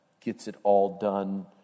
gets-it-all-done